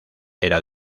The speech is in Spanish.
era